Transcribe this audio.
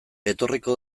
etorriko